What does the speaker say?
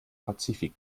pazifik